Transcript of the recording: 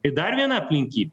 ir dar viena aplinkybė